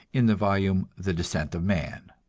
in the volume the descent of man.